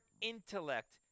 intellect